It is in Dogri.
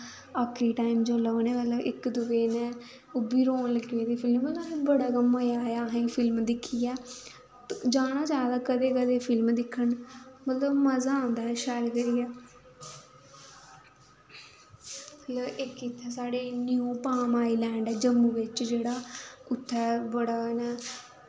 आखरी टैम जिसलै उन्नै मतलब इक दुऐ ने ओह् बी रोन लगी पेदे हे फिल्म बड़ा गै मज़ा आया हा असेंगी फिल्म दिक्खियै ते जाना चाहिदा कदें कदें फिल्म दिक्खन मतलब मज़ा आंदा ऐ शैल करियै इक इत्थै साढ़े न्यू पाम आईलैड ते जम्मू बिच्च जेह्ड़ा उत्थें बड़ा इ'यां